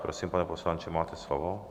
Prosím, pane poslanče, máte slovo.